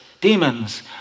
demons